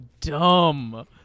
dumb